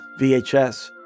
VHS